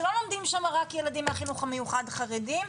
שלא לומדים שם רק ילדים מהחינוך המיוחד חרדים,